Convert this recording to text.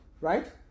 right